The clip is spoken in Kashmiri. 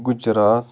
گُجرات